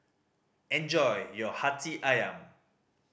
enjoy your Hati Ayam